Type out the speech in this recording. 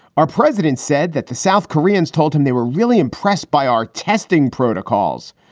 our president said that the south koreans told him they were really impressed by our testing protocols.